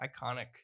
iconic